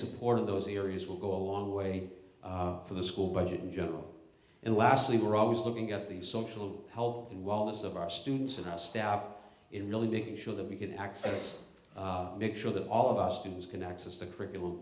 support of those areas will go a long way for the school budget in general and lastly we're always looking at the social health and wellness of our students and our staff in really big sure that we get access to make sure that all of us students can access the curriculum